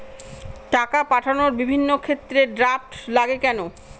টাকা পাঠানোর বিভিন্ন ক্ষেত্রে ড্রাফট লাগে কেন?